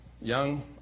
young